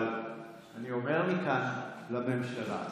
אבל אני אומר מכאן לממשלה,